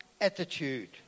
attitude